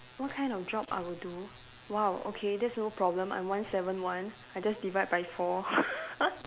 what kind of job I will do !wow! okay that's no problem I'm one seven one I just divide by four